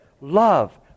love